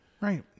Right